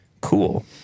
cool